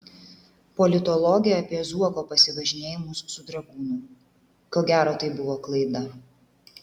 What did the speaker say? politologė apie zuoko pasivažinėjimus su dragūnu ko gero tai buvo klaida